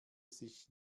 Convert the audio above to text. sich